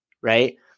Right